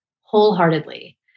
wholeheartedly